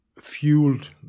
fueled